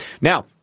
Now